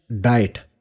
diet